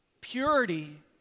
Purity